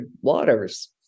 waters